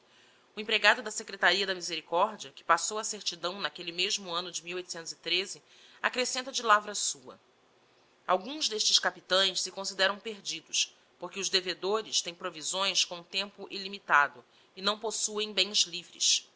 o empregado da secretaria da misericordia que passou a certidão n'aquelle mesmo anno de acrescenta de lavra sua alguns d'estes capitaes se consideram perdidos porque os devedores tem provisões com tempo illimilado e não possuem bens livres